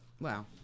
Wow